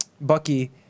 Bucky